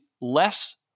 less